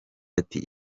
ati